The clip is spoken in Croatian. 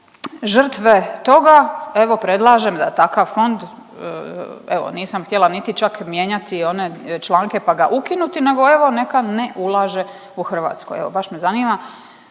žrtve toga, evo predlažem da takav fond evo nisam htjela niti čak mijenjati one članke pa ga ukinuti nego evo neka ne ulaže u Hrvatskoj, baš me zanima